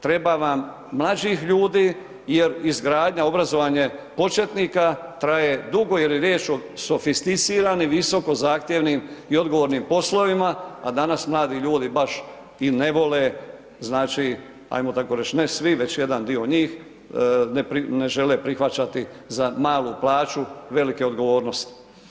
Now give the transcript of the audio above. Treba vam mlađih ljudi jer izgradnja i obrazovanje početnika traje dugo jer je riječ o sofisticirano i visoko zahtjevnim i odgovornim poslovima a danas mladi ljudi baš i ne vole znači ajmo tako reći, ne svi već jedan dio njih ne žele prihvaćati za malu plaću velike odgovornosti.